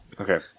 Okay